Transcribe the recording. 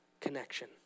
connection